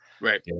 Right